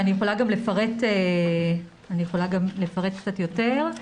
ואני יכולה גם לפרט קצת יותר.